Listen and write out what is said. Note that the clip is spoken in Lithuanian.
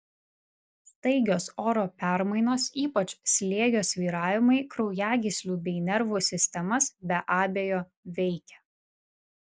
staigios oro permainos ypač slėgio svyravimai kraujagyslių bei nervų sistemas be abejo veikia